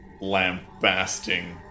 lambasting